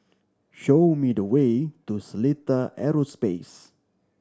show me the way to Seletar Aerospace